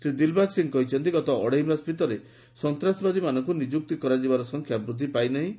ଶ୍ରୀ ଦିଲବାଗ୍ ସିଂହ କହିଛନ୍ତି ଗତ ଅଢ଼େଇ ମାସ ଭିତରେ ସନ୍ତାସବାଦୀମାନଙ୍କୁ ନିଯୁକ୍ତି କରାଯିବା ସଂଖ୍ୟା ବୃଦ୍ଧି ପାଇନାହିଁ